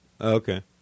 Okay